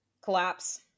collapse